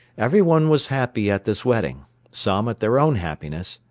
everyone was happy at this wedding some at their own happiness,